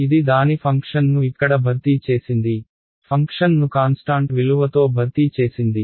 ఇది దాని ఫంక్షన్ను ఇక్కడ భర్తీ చేసింది ఫంక్షన్ను కాన్స్టాంట్ విలువతో భర్తీ చేసింది